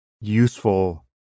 useful